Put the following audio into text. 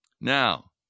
Now